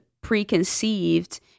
preconceived